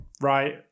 right